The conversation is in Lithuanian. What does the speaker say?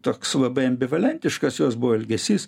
toks labai ambivalentiškas jos buvo elgesys